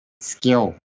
skill